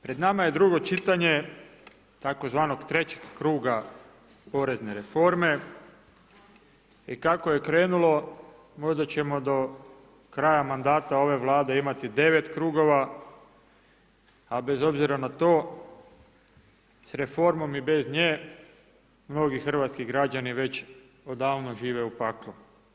Pred nama je drugo čitanje tzv. trećeg kruga porezne reforme i kako je krenulo, možda ćemo do kraja mandata ove Vlade imati 9 krugova, a bez obzira na to, s reformom i bez nje, mnogi hrvatski građani već odavno žive u paklu.